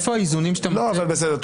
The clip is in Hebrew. לא, אבל בסדר.